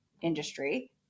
industry